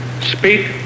speak